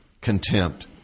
contempt